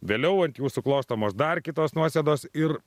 vėliau ant jų suklostomos dar kitos nuosėdos ir